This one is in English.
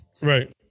Right